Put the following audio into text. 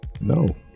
no